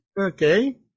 Okay